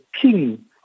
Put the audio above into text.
king